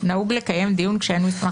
נהוג לקיים דיון כשאין מסמך?